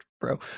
bro